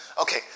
Okay